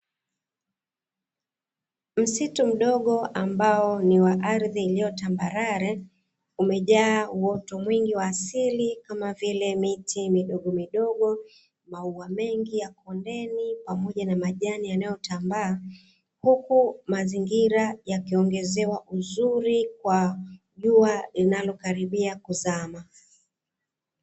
Msitu mdogo ambao ni wa ardhi iliyo tambarale unejaa uoto mwingi wa asili kama vili miti midogomidogo maua mengi ya kondeni pamoja na majani yanayotambaa huku mazingira yajiongezewa uzuri kwa jua linalokaribia kuzama.